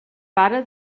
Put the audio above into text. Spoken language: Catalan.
pare